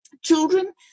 children